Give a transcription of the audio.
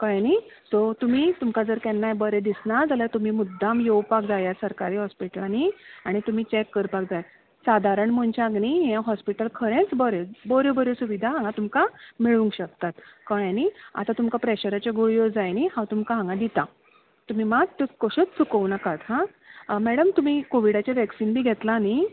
कळ्ळें न्ही सो तुमी तुमकां जर केन्नाय बरें दिसना जाल्यार तुमी मुद्दाम येवपाक जाय ह्या सरकारी हॉस्पिटलांनी आनी तुमी चॅक करपाक जाय सादारण मनशाक न्ही हें हॉस्पिटल खरेंच बरें बऱ्यो बऱ्यो सुविधा हांगा तुमकां मेळूंक शकतात कळ्ळें न्ही आतां तुमकां प्रॅशराच्यो गुळयो जाय न्ही हांव तुमकां हांगा दिता तुमी मात त्यो कश्योच चुकोवं नाकात हा मॅडम तुमी कोविडाचें वॅक्सीन बी घेतलां न्ही